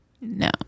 No